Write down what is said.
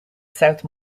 south